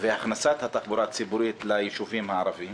והכנסת התחבורה הציבורית ליישובים הערביים.